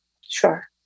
Sure